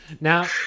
Now